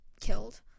killed